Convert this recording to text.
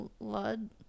blood